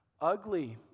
Ugly